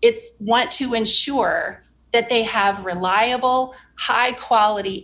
it's want to ensure that they have reliable high quality